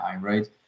right